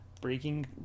breaking